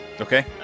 Okay